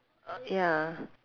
ya